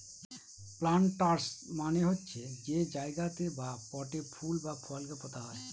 planters মানে হচ্ছে যে জায়গাতে বা পটে ফুল বা ফলকে পোতা হয়